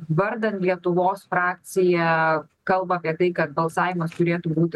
vardan lietuvos frakcija kalba apie tai kad balsavimas turėtų būti